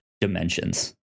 dimensions